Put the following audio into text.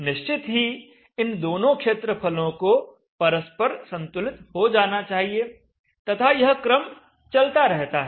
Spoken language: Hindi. निश्चित ही इन दोनों क्षेत्रफलों को परस्पर संतुलित हो जाना चाहिए तथा यह क्रम चलता रहता है